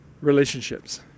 relationships